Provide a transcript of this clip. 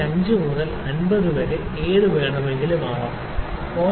5 മുതൽ 50 വരെ ആയിരിക്കുമെന്ന് നമുക്ക് പറയാം 0